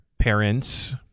parents